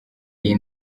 iyi